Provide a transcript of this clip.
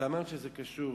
אמרת שזה קשור.